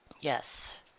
Yes